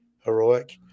heroic